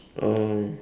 oh